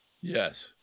Yes